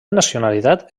nacionalitat